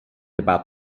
about